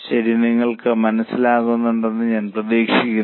ശരി നിങ്ങൾക്ക് മനസ്സിലാകുന്നുണ്ടെന്നു ഞാൻ പ്രതീക്ഷിക്കുന്നു